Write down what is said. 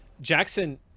Jackson